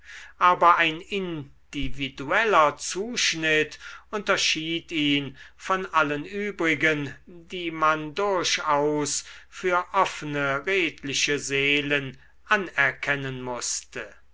aber ein individueller zuschnitt unterschied ihn von allen übrigen die man durchaus für offene redliche seelen anerkennen mußte